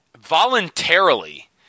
voluntarily